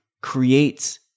creates